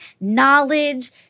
knowledge